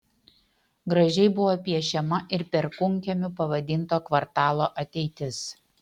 gražiai buvo piešiama ir perkūnkiemiu pavadinto kvartalo ateitis